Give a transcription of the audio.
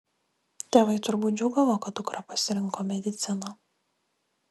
tėvai turbūt džiūgavo kad dukra pasirinko mediciną